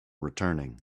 returning